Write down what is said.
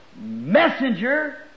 messenger